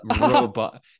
robot